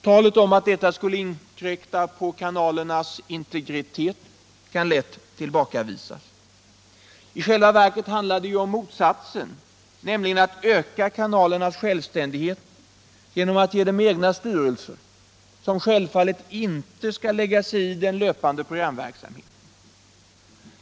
Talet om att detta skulle inkräkta på kanalernas integritet kan lätt tillbakavisas. I själva verket handlar det om raka motsatsen, nämligen att öka kanalernas självständighet genom att ge dem egna styrelser som självfallet inte skall lägga sig i den löpande programverksamheten.